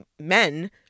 men